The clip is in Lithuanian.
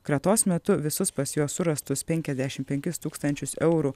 kratos metu visus pas juos surastus penkiasdešimt penkis tūkstančius eurų